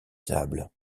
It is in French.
sable